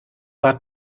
war